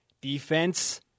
defense